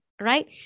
right